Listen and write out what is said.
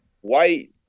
White